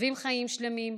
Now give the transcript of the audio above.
עוזבים חיים שלמים,